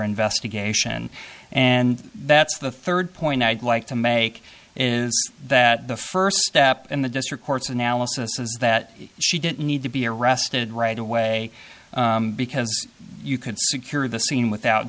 investigation and that's the third point i'd like to make is that the first step in the district court's analysis is that she didn't need to be arrested right away because you could secure the scene without